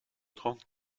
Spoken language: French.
trente